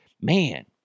man